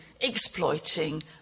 exploiting